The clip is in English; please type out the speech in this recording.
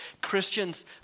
Christians